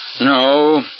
No